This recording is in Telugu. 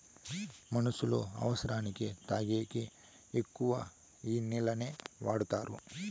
మనుష్యులు అవసరానికి తాగేకి ఎక్కువ ఈ నీళ్లనే వాడుతారు